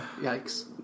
Yikes